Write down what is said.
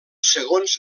segons